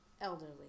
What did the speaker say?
elderly